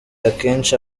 akenshi